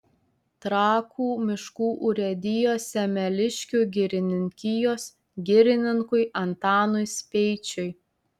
trakų miškų urėdijos semeliškių girininkijos girininkui antanui speičiui